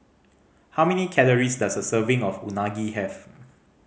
how many calories does a serving of Unagi have